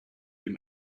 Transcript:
dem